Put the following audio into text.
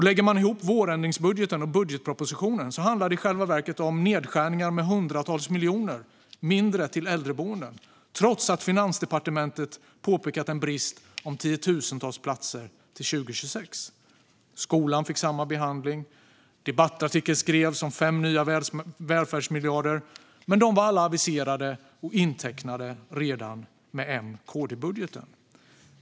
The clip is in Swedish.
Lägger man ihop vårändringsbudgeten och budgetpropositionen handlar det i själva verket om nedskärningar som innebär hundratals miljoner mindre till äldreboenden, trots att Finansdepartementet påpekat en brist på tiotusentals platser till 2026. Skolan fick samma behandling. Debattartiklar skrevs om fem nya välfärdsmiljarder, men de var alla aviserade och intecknade redan med M-KD-budgeten.